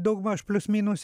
daugmaž plius minus